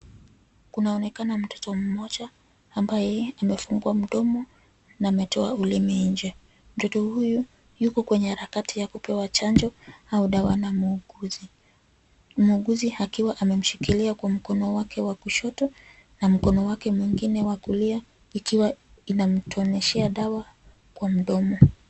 Kunaonekana mtoto mmoja ambaye amefungua mdomo na ametoa ulimi nje. Mtoto huyu, yuko kwenye harakati ya kupewa chanjo au dawa na muuguzi. Muuguzi akiwa amemshikilia kwa mkono wake wa kushoto na mkono wake mwengine wa kulia ikiwa inamtoneshea dawa kwa mdomo.